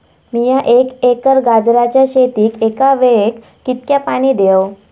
मीया एक एकर गाजराच्या शेतीक एका वेळेक कितक्या पाणी देव?